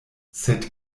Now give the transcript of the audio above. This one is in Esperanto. sed